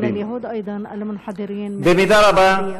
במידה רבה,